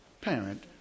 parent